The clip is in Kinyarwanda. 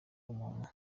umuntu